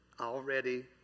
Already